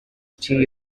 still